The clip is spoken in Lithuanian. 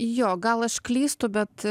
jo gal aš klystu bet